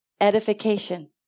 Edification